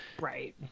right